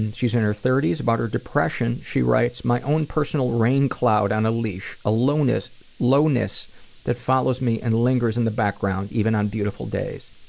and she's in her thirty s about her depression, she writes, my own personal rain cloud on a leash, a lowness lowness that follows me and lingers in the background even on beautiful days.